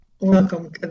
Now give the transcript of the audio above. Welcome